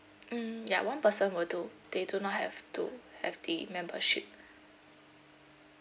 mm ya one person will do they do not have to have the membership